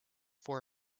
for